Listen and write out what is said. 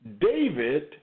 David